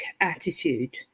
attitude